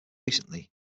recently